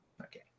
Okay